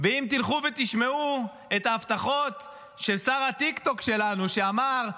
תלכו ותשמעו את ההבטחות של שר הטיק-טוק שלנו שאמר: